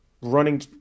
running